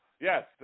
yes